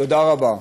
תודה רבה.